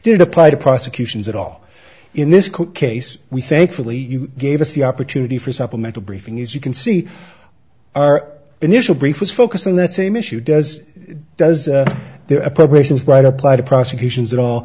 did apply to prosecutions at all in this case we thankfully you gave us the opportunity for supplemental briefing as you can see our initial brief was focused on that same issue does does there are preparations right apply to prosecutions at all